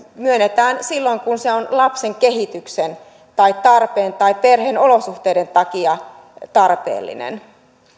myönnetään silloin kun se on lapsen kehityksen tai tarpeen tai perheen olosuhteiden takia tarpeellinen